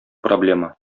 проблема